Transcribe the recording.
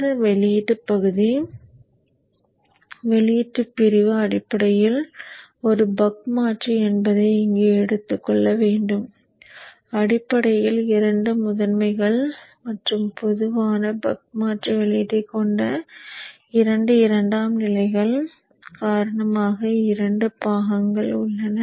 இந்த வெளியீட்டுப் பகுதி வெளியீட்டுப் பிரிவு அடிப்படையில் ஒரு பக் மாற்றி என்பதை இங்கே எடுத்துக்கொள்ள வேண்டும் அடிப்படையில் 2 முதன்மைகள் மற்றும் பொதுவான பக் மாற்றி வெளியீட்டைக் கொண்ட 2 இரண்டாம் நிலைகள் காரணமாக 2 பாகங்கள் உள்ளன